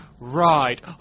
Right